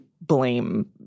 blame